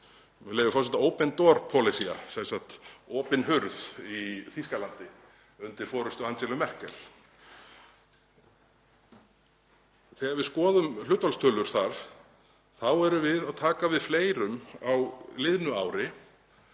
með leyfi forseta, Open Door Policy, sem sagt opin hurð, í Þýskalandi undir forystu Angelu Merkel. Þegar við skoðum hlutfallstölur þar erum við að taka við fleirum á liðnu ári